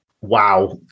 wow